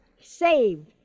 saved